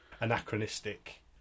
anachronistic